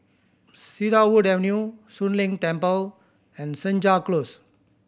Cedarwood Avenue Soon Leng Temple and Senja Close